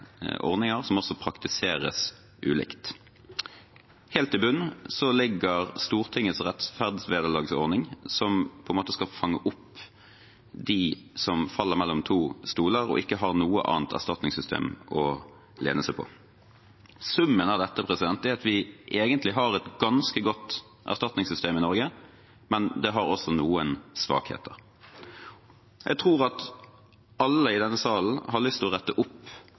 ordninger som også praktiseres ulikt. Helt i bunn ligger Stortingets rettferdsvederlagsordning, som skal fange opp dem som faller mellom to stoler og ikke har noe annet erstatningssystem å lene seg på. Summen av dette er at vi egentlig har et ganske godt erstatningssystem i Norge, men det har også noen svakheter. Jeg tror at alle i denne salen har lyst til å rette opp